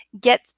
get